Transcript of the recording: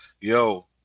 yo